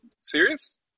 serious